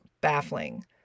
baffling